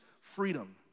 freedom